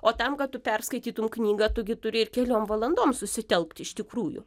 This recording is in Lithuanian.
o tam kad tu perskaitytum knygą tu gi turi ir keliom valandom susitelkt iš tikrųjų